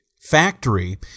factory